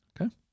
Okay